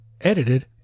edited